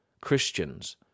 Christians